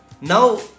Now